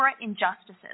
injustices